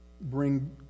bring